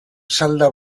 salda